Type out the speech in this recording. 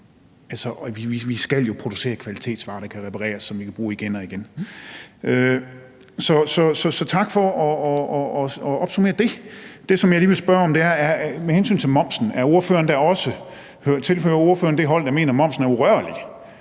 Vi skal jo producere kvalitetsvarer, der kan repareres, og som vi kan bruge igen og igen. Så tak for at opsummere det. Det, jeg lige vil spørge om, handler om momsen. Tilhører ordføreren det hold, der mener, at momsen er urørlig,